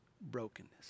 brokenness